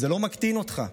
זה לא מקטין אותך.